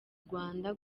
rwanda